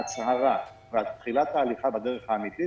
ההצהרה ותחילת ההליכה בדרך האמיתית